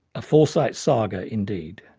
a foresight saga indeed.